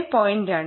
2 ഉം 5